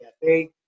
cafe